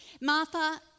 Martha